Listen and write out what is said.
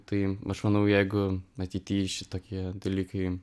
tai aš manau jeigu ateity šitokie dalykai